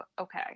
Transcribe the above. okay